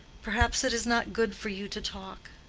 perhaps it is not good for you to talk.